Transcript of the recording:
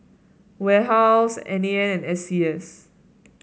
warehouse N A N and S C S